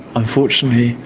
unfortunately,